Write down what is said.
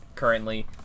currently